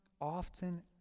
often